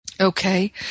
Okay